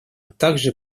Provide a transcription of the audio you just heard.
также